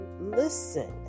listen